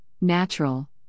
natural